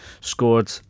scored